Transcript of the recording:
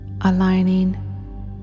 aligning